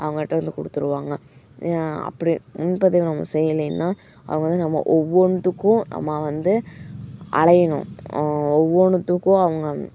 அவங்கள்ட வந்து கொடுத்துருவாங்க அப்படி முன்பதிவு நம்ம செய்யலீன்னா அவங்க வந்து நம்ம ஒவ்வொன்றுக்கும் நம்ம வந்து அலையனும் ஒவ்வொன்றுத்துக்கும் அவங்க